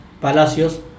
Palacios